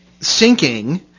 sinking